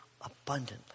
abundantly